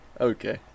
Okay